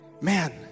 man